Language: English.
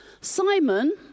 Simon